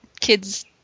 kids